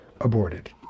aborted